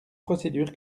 procédure